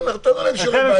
נתנו להם שיעורי בית.